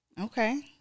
Okay